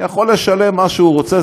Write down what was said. יכול לשלם מה שהוא רוצה,